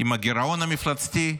עם הגירעון המפלצתי?